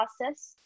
process